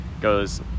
goes